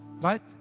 right